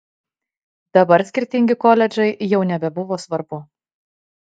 dabar skirtingi koledžai jau nebebuvo svarbu